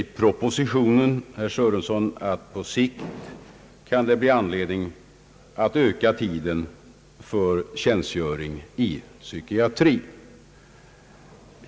I propositionen anför jag att det på sikt kan bli anledning att öka tiden för tjänstgöring i psykiatri.